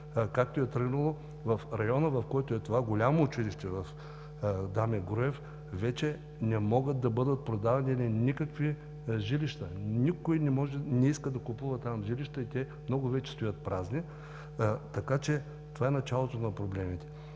както е тръгнало, в района, в който е това голямо училище – „Даме Груев“, вече не могат да бъдат продадени никакви жилища. Никой не иска да купува там жилище и много вече стоят празни. Това е началото на проблемите.